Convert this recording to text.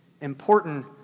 important